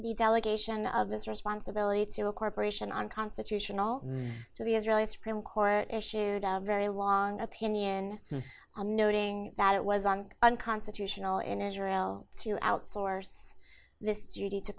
the delegation of this responsibility to a corporation unconstitutional so the israeli supreme court issued a very long opinion i'm noting that it was an unconstitutional in israel to outsource this duty to